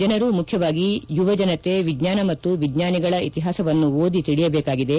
ಜನರು ಮುಖ್ಯವಾಗಿ ಯುವ ಜನತೆ ವಿಜ್ಞಾನ ಮತ್ತು ವಿಜ್ಞಾನಿಗಳ ಇತಿಹಾಸವನ್ನು ಓದಿ ತಿಳಿಯಬೇಕಾಗಿದೆ